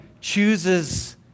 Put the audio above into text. chooses